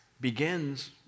begins